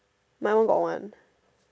my one got one